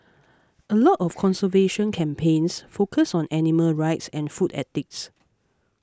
a lot of conservation campaigns focus on animal rights and food ethics